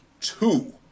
two